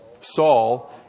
Saul